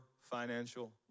financial